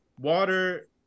Water